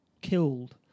killed